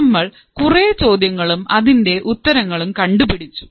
നമ്മൾ കുറേ ചോദ്യങ്ങളും അതിൻറെ ഉത്തരങ്ങളും കണ്ടുപിടിച്ചു